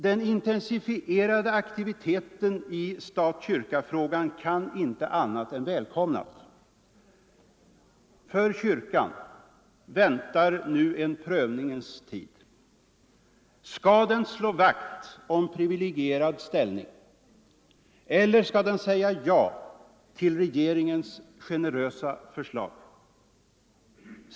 Den intensifierade aktiviteten i stat-kyrka-frågan kan inte annat än välkomnas. För kyrkan väntar nu en prövningens tid. Skall den slå vakt om en privilegierad ställning? Eller skall den säga ja till regeringens generösa förslag?